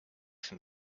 for